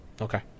Okay